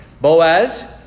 Boaz